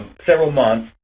several months,